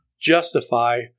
justify